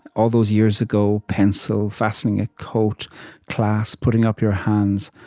all those years ago pencils, fastening a coat clasp, putting up your hands.